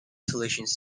solutions